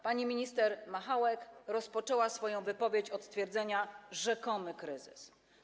Pani minister Machałek rozpoczęła swoją wypowiedź od stwierdzenia „rzekomy kryzys”